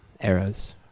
arrows